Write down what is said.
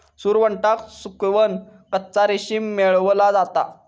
सुरवंटाक सुकवन कच्चा रेशीम मेळवला जाता